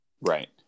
Right